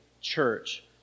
church